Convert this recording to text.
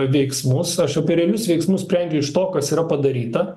veiksmus aš apie realius veiksmus sprendžiu iš to kas yra padaryta